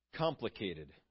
Complicated